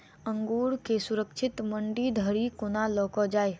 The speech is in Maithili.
अंगूर केँ सुरक्षित मंडी धरि कोना लकऽ जाय?